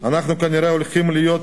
אנחנו כנראה הולכים להיות